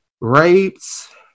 rapes